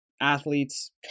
athletes